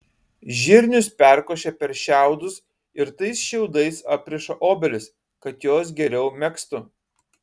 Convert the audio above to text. žirnius perkošia per šiaudus ir tais šiaudais apriša obelis kad jos geriau megztų